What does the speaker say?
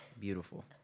beautiful